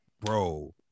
bro